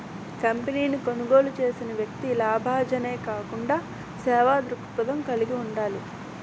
కంపెనీని కొనుగోలు చేసిన వ్యక్తి లాభాజనే కాకుండా సేవా దృక్పథం కలిగి ఉండాలి